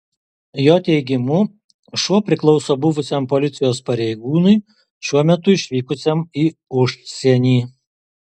jo teigimu šuo priklauso buvusiam policijos pareigūnui šiuo metu išvykusiam į užsienį